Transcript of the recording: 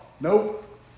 nope